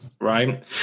Right